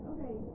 Okay